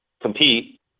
compete